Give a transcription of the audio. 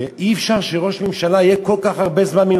אי-אפשר שראש ממשלה יהיה מנותק כל כך הרבה זמן.